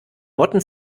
motten